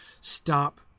Stop